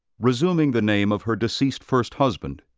resuming the name of her deceased first husband,